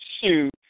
Shoot